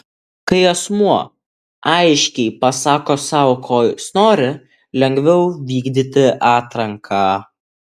kai asmuo aiškiai pasako sau ko jis nori lengviau vykdyti atranką